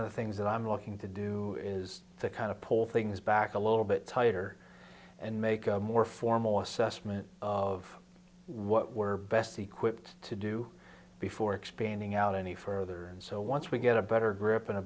of the things that i'm looking to do is to kind of pull things back a little bit tighter and make a more formal assessment of what we're best equipped to do before expanding out any further so once we get a better gr